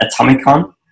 Atomicon